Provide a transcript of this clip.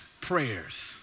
prayers